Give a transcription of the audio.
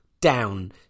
down